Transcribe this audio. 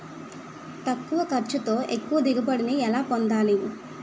తక్కువ ఖర్చుతో ఎక్కువ దిగుబడి ని ఎలా పొందాలీ?